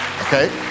Okay